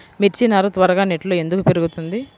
మిర్చి నారు త్వరగా నెట్లో ఎందుకు పెరుగుతుంది?